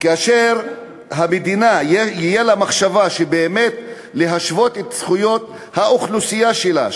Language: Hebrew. כאשר למדינה תהיה מחשבה באמת להשוות את זכויות האוכלוסייה שלה,